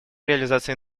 реализации